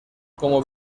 como